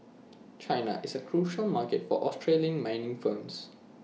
China is A crucial market for Australian mining firms